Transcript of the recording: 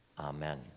Amen